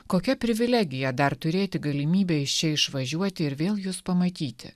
kokia privilegija dar turėti galimybę iš čia išvažiuoti ir vėl jus pamatyti